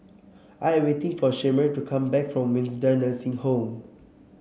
I am waiting for Shemar to come back from Windsor Nursing Home